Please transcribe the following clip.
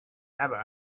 never